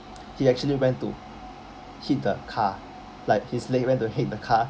he actually went to hit the car like his leg went to hit the car